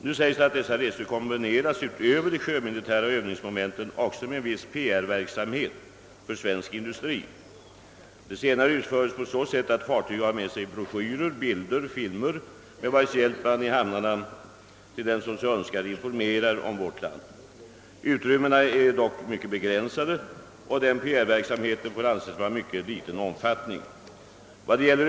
Nu sägs det att dessa resor kombineras — utöver de sjömilitära övningsmomenten — med en viss PR-verksamhet för svensk industri. Det senare sker på så sätt att fartyget har med sig broschyrer, bilder och film, med vars hjälp man i hamnarna hos dem som så önskar informerar om vårt land. Utrymmena härför är dock begränsade, och denna PR-verksamhet får anses vara av mycket liten omfattning.